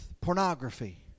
pornography